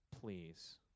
Please